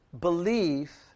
belief